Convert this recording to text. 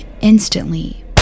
instantly